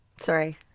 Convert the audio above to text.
Sorry